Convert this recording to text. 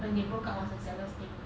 when they broke up was the saddest thing